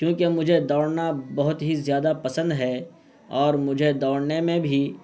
کیوںکہ مجھے دوڑنا بہت ہی زیادہ پسند ہے اور مجھے دوڑنے میں بھی